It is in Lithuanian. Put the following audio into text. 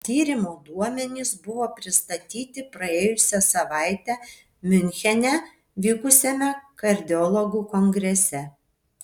tyrimo duomenys buvo pristatyti praėjusią savaitę miunchene vykusiame kardiologų kongrese